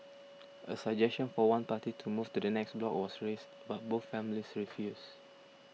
a suggestion for one party to move to the next block was raised but both families refused